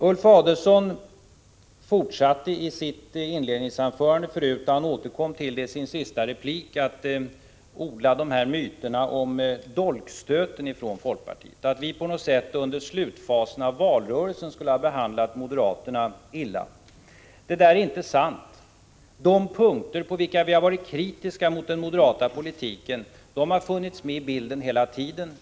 Ulf Adelsohn fortsatte i sitt inledningsanförande — och han återkom till det i sin senaste replik — att odla de här myterna om ”dolkstöten” från folkpartiet, att vi på något sätt under slutfasen av valrörelsen skulle ha behandlat moderaterna illa. Det där är inte sant. De punkter på vilka vi har varit kritiska mot den moderata politiken har funnits med i bilden hela tiden.